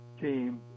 team